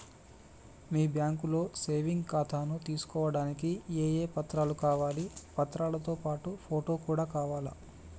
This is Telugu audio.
మీ బ్యాంకులో సేవింగ్ ఖాతాను తీసుకోవడానికి ఏ ఏ పత్రాలు కావాలి పత్రాలతో పాటు ఫోటో కూడా కావాలా?